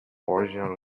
original